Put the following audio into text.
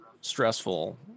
stressful